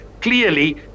clearly